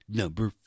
number